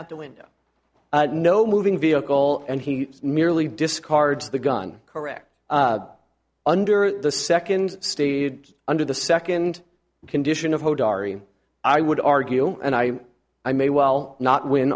out the window no moving vehicle and he merely discards the gun correct under the second steed under the second condition of i would argue and i i may well not w